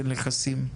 של נכסים?